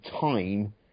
time